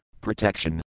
Protection